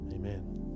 Amen